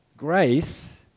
grace